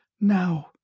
Now